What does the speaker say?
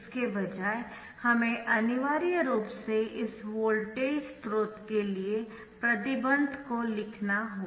इसके बजाय हमें अनिवार्य रूप से इस वोल्टेज स्रोत के लिए प्रतिबंध को लिखना होगा